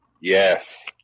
Yes